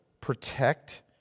protect